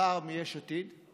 לשעבר מיש עתיד,